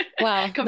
Wow